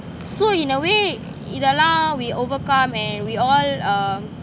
so in a way இதெல்லாம்:ithellam lah we overcome and we all are